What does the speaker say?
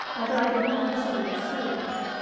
although i did not consider it serious,